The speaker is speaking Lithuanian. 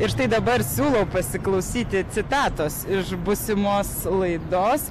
ir štai dabar siūlau pasiklausyti citatos iš būsimos laidos